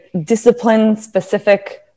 discipline-specific